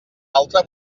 altra